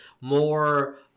more